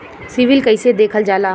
CIBIL कैसे देखल जाला?